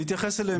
נתייחס אליהם.